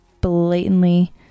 blatantly